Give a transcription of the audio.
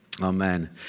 Amen